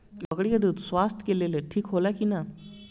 बकरी के दूध स्वास्थ्य के लेल ठीक होला कि ना?